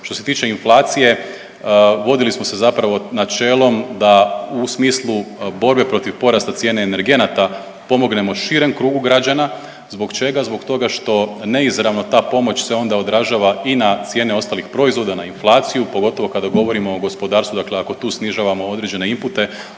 Što se tiče inflacije vodili smo se zapravo načelom da u smislu borbe protiv porasta cijene energenata pomognemo širem krugu građana. Zbog čega? Zbog toga što neizravno ta pomoć se onda odražava i na cijene ostalih proizvoda, na inflaciju pogotovo kada govorimo o gospodarstvu, dakle ako tu snižavamo određene impute